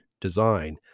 design